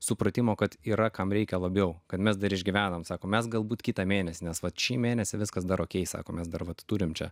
supratimo kad yra kam reikia labiau kad mes dar išgyvename sako mes galbūt kitą mėnesį nes vat šį mėnesį viskas viskas dar okei sako mes dar vat turim čia